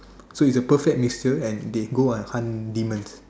so its a perfect mixture and they go and hunt demons